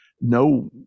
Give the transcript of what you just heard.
No